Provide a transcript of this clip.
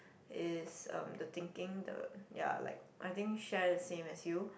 is um the thinking the ya like I think share the same as you